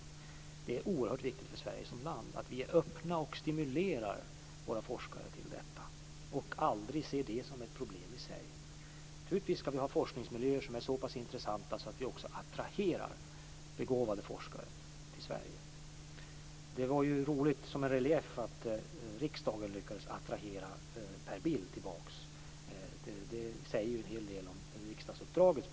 Det är oerhört viktigt för Sverige som land att vi är öppna och stimulerar våra forskare till detta och aldrig ser det som ett problem i sig. Naturligtvis ska vi ha forskningsmiljöer som är så intressanta att de också attraherar begåvade forskare till Sverige. Det var t.ex. roligt att höra att riksdagen lyckades attrahera Per Bill tillbaka. Det säger en hel del om riksdagsuppdraget.